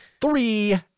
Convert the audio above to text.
three